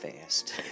fast